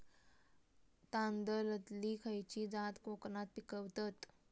तांदलतली खयची जात कोकणात पिकवतत?